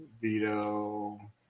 Vito